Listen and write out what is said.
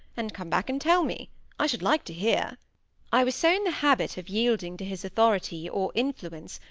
and come back and tell me i should like to hear i was so in the habit of yielding to his authority, or influence,